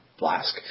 Blask